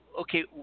okay